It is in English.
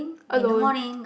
alone